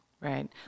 Right